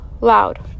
loud